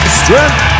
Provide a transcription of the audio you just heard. strength